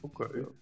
okay